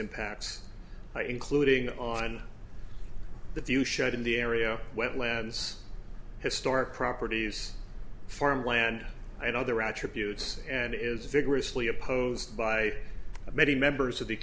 impacts including on the view shut in the area wetlands historic properties farmland and other attributes and is vigorously opposed by many members of the